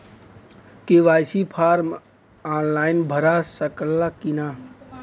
KYC form online भरा सकला की ना?